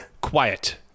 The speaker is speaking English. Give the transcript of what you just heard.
Quiet